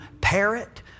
parrot